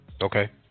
Okay